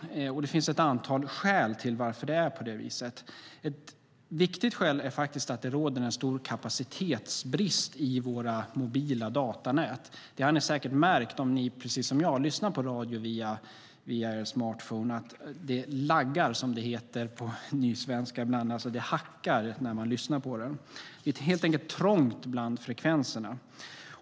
Det finns ett antal skäl till att det är på det viset. Ett viktigt skäl är att det råder en stor kapacitetsbrist i våra mobila datanät. Det har ni säkert märkt om ni, precis som jag, lyssnar på radio via er smartphone. Det "laggar", som det heter på nysvenska. Det hackar alltså när man lyssnar. Det är helt enkelt trångt bland frekvenserna.